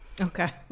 Okay